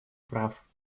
прав